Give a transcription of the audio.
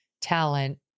talent